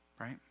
Right